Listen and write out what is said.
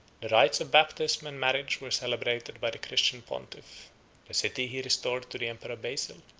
the rites of baptism and marriage were celebrated by the christian pontiff the city he restored to the emperor basil,